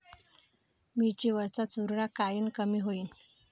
मिरची वरचा चुरडा कायनं कमी होईन?